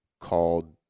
called